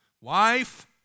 wife